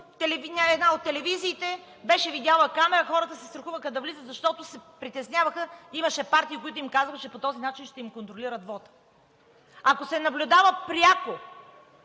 една от телевизиите беше видяла камера, хората се страхуваха да влизат, защото се притесняваха, имаше партия, която им казваше, че по този начин ще им контролира вота. Ако се наблюдава пряко